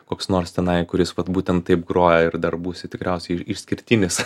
koks nors tenai kuris būtent taip groja ir dar būsi tikriausiai i išskirtinis